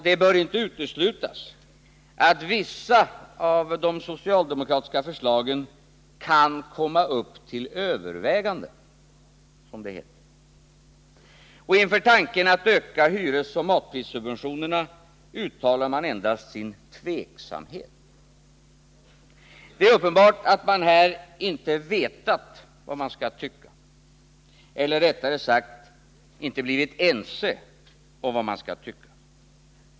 ”Det bör inte uteslutas” säger man, att vissa av de socialdemokratiska förslagen ”kan komma upp till övervägande”. Inför tanken att öka hyresoch matprissubventionerna uttalar man endast sin tveksamhet. Det är uppenbart att man här inte vetat — eller rättare sagt inte blivit ense om — vad man skall tycka.